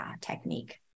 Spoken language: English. technique